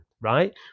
right